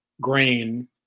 grain